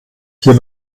hier